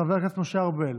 חבר הכנסת משה ארבל,